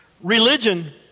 Religion